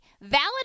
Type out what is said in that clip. Valid